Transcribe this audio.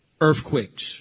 earthquakes